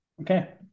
Okay